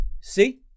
see